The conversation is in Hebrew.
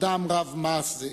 אדם רב-מעש זה.